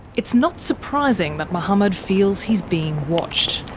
it's not surprising that mohammed feels he's being watched.